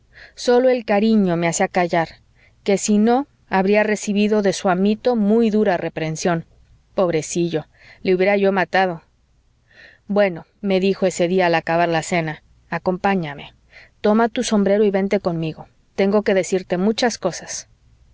sólo el cariño me hacía callar que si no habría recibido de su amito muy dura reprensión pobrecillo le hubiera yo matado bueno me dijo ese día al acabar la cena acompáñame toma tu sombrero y vente conmigo tengo que decirte muchas cosas